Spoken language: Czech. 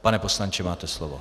Pane poslanče, máte slovo.